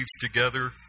together